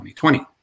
2020